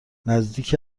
نزدیک